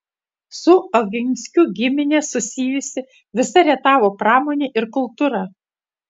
su oginskių gimine susijusi visa rietavo pramonė ir kultūra